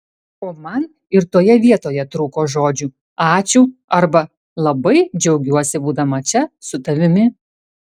o man ir toje vietoje trūko žodžių ačiū arba labai džiaugiuosi būdama čia su tavimi